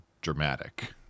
dramatic